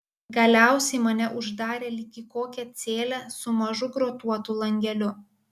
galiausiai mane uždarė lyg į kokią celę su mažu grotuotu langeliu